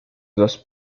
dos